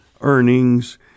earnings